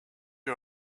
you